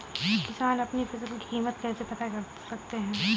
किसान अपनी फसल की कीमत कैसे पता कर सकते हैं?